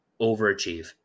overachieve